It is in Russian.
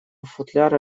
футляра